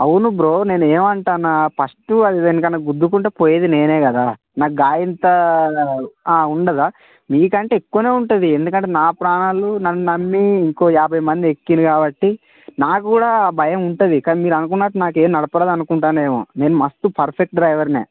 అవును బ్రో నేనేమంటాన్నా ఫస్టు అది దేనికన్నా గుద్దుకుంటే పోయేది నేనే కదా నాకు గా ఇంత ఉండదా నీకంటే ఎక్కువనే ఉంటుంది ఎందుకంటే నా ప్రాణాలు నన్ను నమ్మి ఇంకో యాభై మంది ఎక్కినారు కాబట్టి నాకు కూడా భయముంటుంది కానీ మీరనుకున్నట్లు నాకేమి నడప రాదు అనుకుంటున్నారేమో నేను మస్తు పెర్ఫెక్ట్ డ్రైవర్నే